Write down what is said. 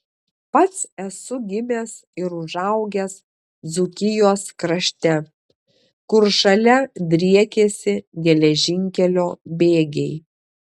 pats esu gimęs ir užaugęs dzūkijos krašte kur šalia driekėsi geležinkelio bėgiai